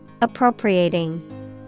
Appropriating